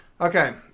Okay